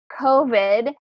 COVID